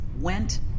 went